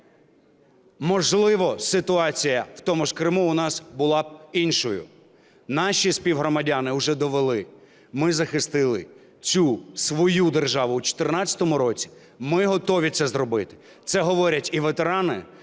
Можливо, ситуація в тому ж Криму у нас була б іншою. Наші співгромадяни вже довели: ми захистили цю свою державу у 2014 році, ми готові це зробити. Це говорять і ветерани,